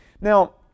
Now